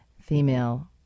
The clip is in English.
female